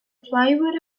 plywood